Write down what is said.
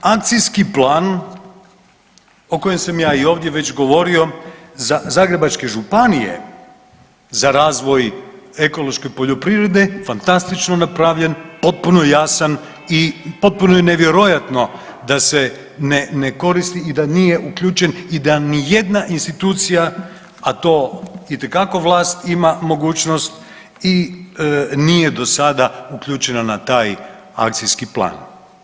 Akcijski plan o kojem sam i ovdje već govorio za zagrebačke županije za razvoj ekološke poljoprivrede fantastično napravljen, potpuno jasan i potpuno je nevjerojatno da se ne koristi i da nije uključen i da nijedna institucija, a to itekako vlast ima mogućnost nije do sada uključena na taj akcijski plan.